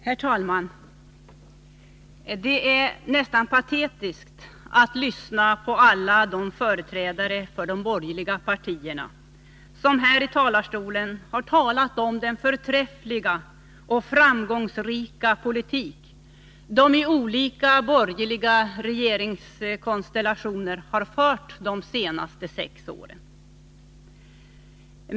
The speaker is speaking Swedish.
Herr talman! Det är nästan patetiskt att lyssna på alla de företrädare för de borgerliga partierna som från denna talarstol har beskrivit den förträffliga och framgångsrika politik som de i olika regeringskonstellationer har fört de senaste sex åren.